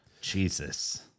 Jesus